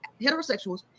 heterosexuals